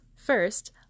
First